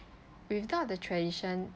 without the tradition